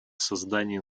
создании